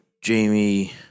Jamie